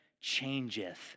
changeth